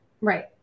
Right